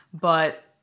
but-